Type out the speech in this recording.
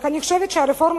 אלא שאני חושבת שהרפורמה